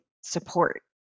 support